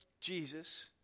Jesus